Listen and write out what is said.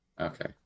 Okay